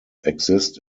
exist